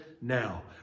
now